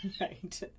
Right